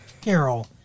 Carol